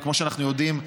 כמו שאנחנו יודעים,